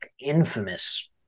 infamous